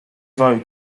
voted